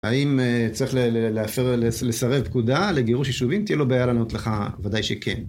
האם צריך לסרב פקודה לגירוש יישובים? תהיה לו בעיה לענות לך ״ודאי שכן.״